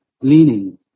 Leaning